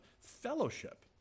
fellowship